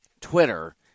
Twitter